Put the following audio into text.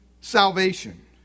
salvation